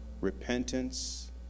repentance